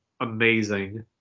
amazing